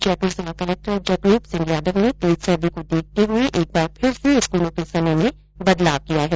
जयपुर जिला कलेक्टर जगरूप सिंह यादव ने तेज सर्दी को देखते हुए एक बार फिर से स्कूलों के समय में बदलाव किया है